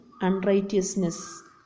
unrighteousness